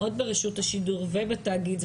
עוד ברשות השידור ובתאגיד,